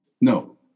No